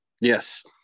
yes